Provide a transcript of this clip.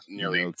nearly